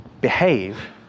behave